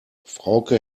frauke